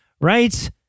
Right